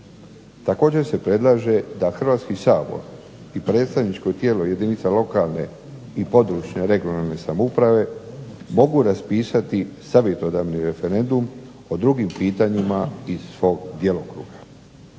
Također se predlaže da Hrvatski sabor i predstavničko tijelo jedinica lokalne i područne, regionalne samouprave mogu raspisati savjetodavni referendum o drugim pitanjima iz svog djelokruga.